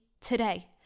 today